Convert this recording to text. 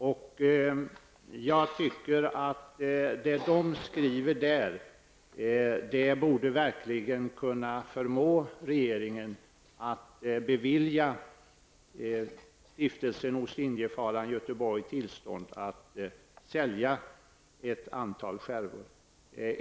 Det som dessa författare skriver borde verkligen kunna förmå regeringen att bevilja Stiftelsen Ostindienfararen Götheborg tillstånd att sälja ett antal skärvor.